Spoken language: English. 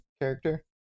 character